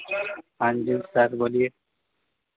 हां जी सर बोलिए